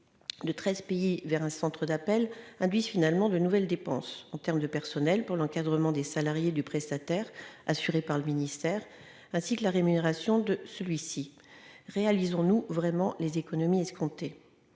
de 13 pays vers un centre d'appels induit finalement de nouvelles dépenses en termes de personnel pour l'encadrement des salariés du prestataire assurée par le ministère, ainsi que la rémunération de celui-ci réalisons-nous vraiment les économies escomptées,